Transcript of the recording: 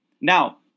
Now